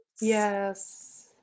Yes